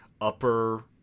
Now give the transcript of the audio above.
upper